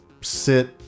sit